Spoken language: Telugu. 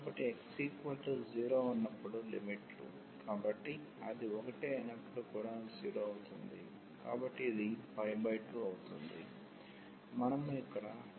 కాబట్టి x0 ఉన్నప్పుడు లిమిట్లు కాబట్టి అది 1 అయినప్పుడు కూడా 0 అవుతుంది కాబట్టి ఇది 2 అవుతుంది